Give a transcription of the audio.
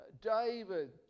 David